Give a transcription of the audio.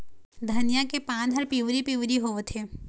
धनिया के पान हर पिवरी पीवरी होवथे?